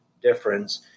difference